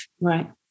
Right